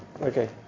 Okay